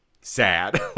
sad